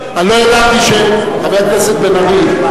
מדברים, חבר הכנסת בן-ארי.